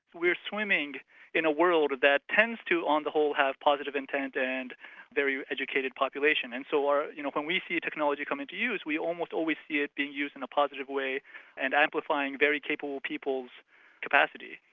we're swimming in a world that tends to, on the whole, have positive intent and very educated population and so you know when we see a technology come into use, we almost always see it be used in a positive way and amplifying very capable peoples capacity.